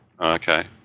okay